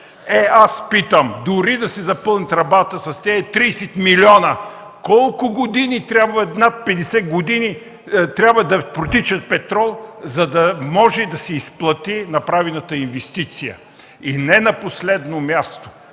Е, аз питам: „Дори да се запълни тръбата с тези 30 милиона, колко години ще трябват? Над 50 години трябва да протича петрол, за да може да се изплати направената инвестиция”. И не на последно място,